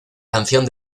canción